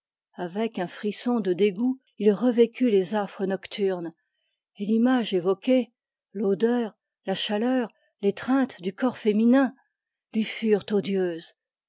avec un frisson de dégoût il revécut les affres nocturnes et l'image évoquée l'odeur la chaleur l'étreinte du corps féminin lui furent odieuses